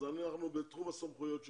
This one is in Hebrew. אז אנחנו בתחום הסמכויות שלנו.